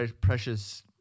precious